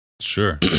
Sure